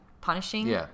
punishing